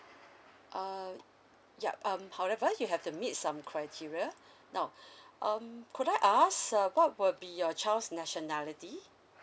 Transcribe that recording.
uh yup um however you have to meet some criteria now um could I ask uh what would be your child's nationality